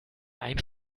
ein